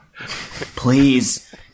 please